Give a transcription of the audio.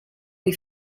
les